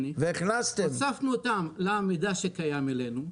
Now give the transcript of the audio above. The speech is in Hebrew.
הוספנו אותם למידע שקיים אלינו.